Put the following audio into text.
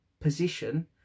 position